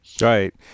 Right